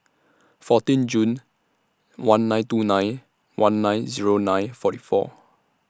fourteen June one nine two nine one nine Zero nine forty four